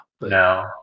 no